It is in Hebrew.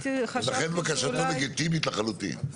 ולכן בקשתו לגיטימית לחלוטין.